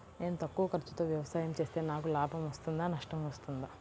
నేను తక్కువ ఖర్చుతో వ్యవసాయం చేస్తే నాకు లాభం వస్తుందా నష్టం వస్తుందా?